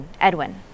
Edwin